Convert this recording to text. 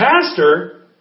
pastor